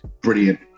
brilliant